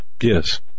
Yes